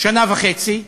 שנה וחצי.